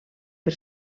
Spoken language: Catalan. per